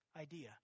idea